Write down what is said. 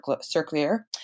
circular